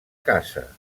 casa